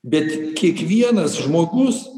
bet kiekvienas žmogus